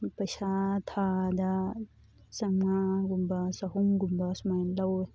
ꯄꯩꯁꯥ ꯊꯥꯗ ꯆꯥꯝꯃꯉꯥꯒꯨꯝꯕ ꯆꯍꯨꯝꯒꯨꯝꯕ ꯁꯨꯃꯥꯏ ꯂꯧꯋꯦ